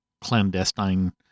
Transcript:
clandestine